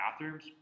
bathrooms